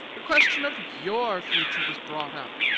the question of your future was brought up